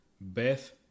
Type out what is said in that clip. Beth